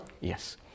Yes